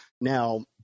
Now